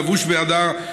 לבוש בהדר,